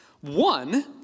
One